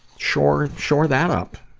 sure, sure that up?